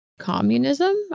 communism